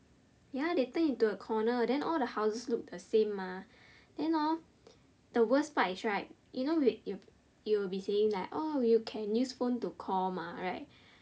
ya they turn into a corner then all the houses look the same mah then hor the worst part is right you know you you will be saying like oh you can use phone to call mah right